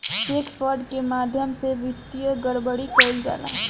check fraud के माध्यम से वित्तीय गड़बड़ी कईल जाला